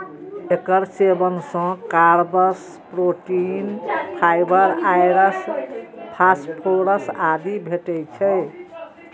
एकर सेवन सं carbs, protein, fibre, आयरस, फास्फोरस आदि भेटै छै